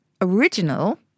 original